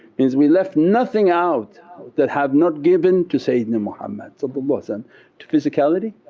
means we left nothing out that have not given to sayyidina muhammad so but and to physicality